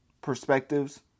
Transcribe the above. Perspectives